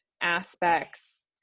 aspects